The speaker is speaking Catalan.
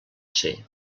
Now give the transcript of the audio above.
ser